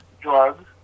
drugs